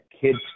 kids